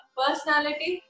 personality